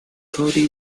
cody